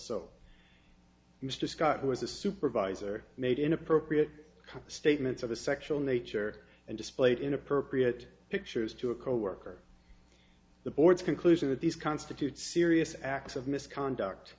so mr scott who was a supervisor made inappropriate statements of a sexual nature and displayed inappropriate pictures to a coworker the board's conclusion that these constitute serious acts of misconduct